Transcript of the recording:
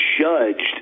judged